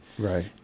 Right